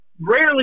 rarely